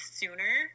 sooner